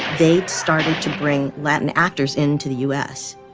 they started to bring latin actors into the u s,